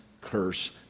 curse